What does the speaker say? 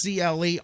CLE